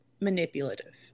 manipulative